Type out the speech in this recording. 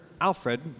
Alfred